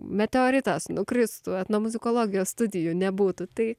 meteoritas nukristų etnomuzikologijos studijų nebūtų tai